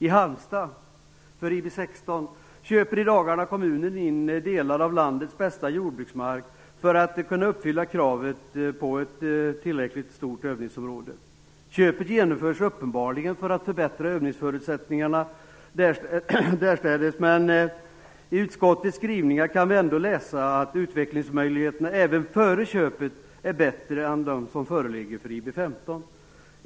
I Halmstad, IB 16, köper kommunen i dagarna in delar av landets bästa jordbruksmark för att kunna uppfylla kravet på ett tillräckligt stort övningsområde. Köpet genomförs uppenbarligen för att förbättra övningsförutsättningarna därstädes. Men i utskottets skrivningar kan vi ändå läsa att utvecklingsmöjligheterna även före köpet är bättre än de som föreligger för IB 15.